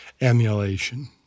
emulation